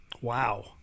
Wow